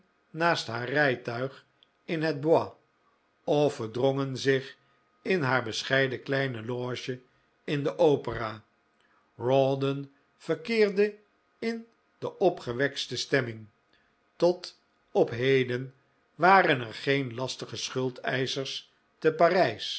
naast haar rijtuig in het bois of verdrongen zich in haar bescheiden kleine loge in de opera rawdon verkeerde in de opgewektste stemming tot op heden waren er geen lastige schuldeischers te